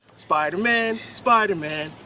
spiderman! spiderman!